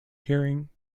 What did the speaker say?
herring